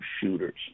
shooters